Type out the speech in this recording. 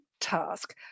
task